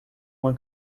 uma